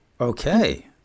okay